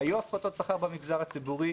היו הפחתות שכר במגזר הציבורי.